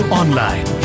online